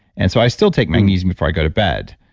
and so i still take magnesium before i go to bed,